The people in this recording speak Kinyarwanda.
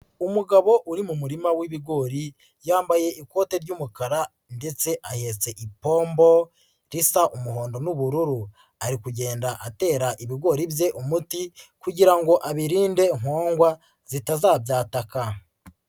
Umugabo uri mu murima w'ibigori yambaye ikoti ry'umukara ndetse ayetse ipombo risa umuhondo n'ubururu ari kugenda atera ibigori bye umuti kugira ngo abirinde nkongwa zitazabyataka.